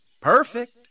Perfect